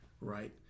right